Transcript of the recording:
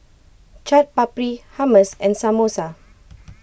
Chaat Papri Hummus and Samosa